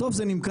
בסוף זה נמכר